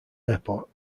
airport